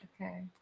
Okay